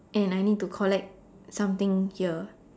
and I need to collect something here